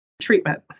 treatment